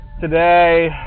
Today